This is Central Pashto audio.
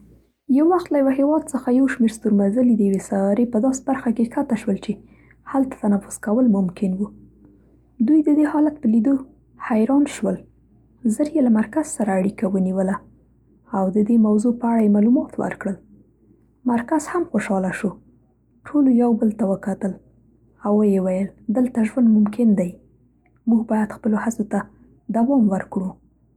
یو وخت له یوه هېواد څخه یو شمېر ستورمزلي د یوې سیارې په داسې برخه کې کښته شول چې هلته تنفس کول ممکن و. دوی د دې حالت په لیدو حیران شول. زر یې له مرکز سره اړیکه ونیوله او د دې موضوع په اړه یې معلومات ورکړل. مرکز هم خوشحاله شو. ټولو یو بل وکتل او ویې ویل دلته ژوند ممکن دی. موږ باید خپلو هڅو ته دوام ورکړو.